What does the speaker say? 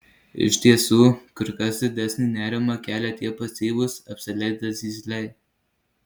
iš tiesų kur kas didesnį nerimą kelia tie pasyvūs apsileidę zyzliai